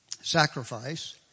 sacrifice